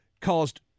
caused